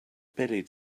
belly